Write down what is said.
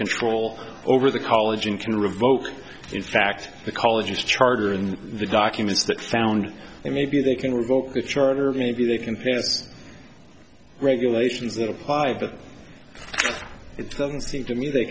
control over the college and can revoke in fact the colleges charter and the documents that sound maybe they can revoke the charter maybe they can pass regulations that apply but it doesn't seem to me they